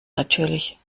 natürlich